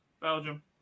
Belgium